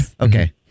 Okay